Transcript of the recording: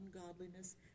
ungodliness